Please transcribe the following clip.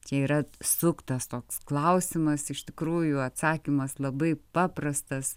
čia yra suktas toks klausimas iš tikrųjų atsakymas labai paprastas